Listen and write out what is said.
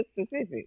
specific